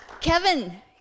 Kevin